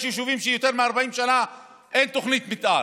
יש יישובים שיותר מ-40 שנה אין בהם תוכנית מתאר,